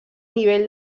nivell